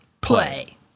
play